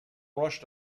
rushed